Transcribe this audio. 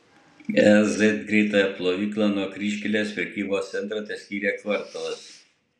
e z greitąją plovyklą nuo kryžkelės prekybos centro teskyrė kvartalas